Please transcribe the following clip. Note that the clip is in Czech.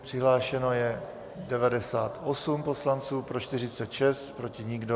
Přihlášeno je 98 poslanců, pro 46, proti nikdo.